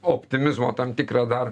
optimizmo tam tikrą dar